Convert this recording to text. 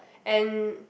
and